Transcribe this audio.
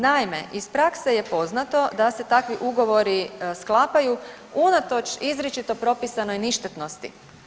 Naime, iz prakse je poznato da se takvi ugovori sklapanju unatoč izričito propisanoj ništetnosti.